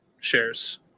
shares